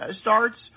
starts